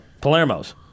Palermo's